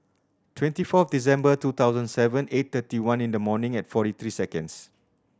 twenty four December two thousand seven eight thirty one in the morning and forty three seconds